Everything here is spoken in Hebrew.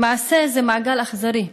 למעשה, זה מעגל אכזרי: